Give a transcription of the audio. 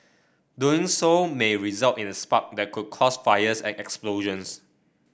doing so may result in a spark that could cause fires and explosions